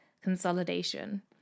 consolidation